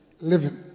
living